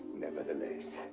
nevertheless,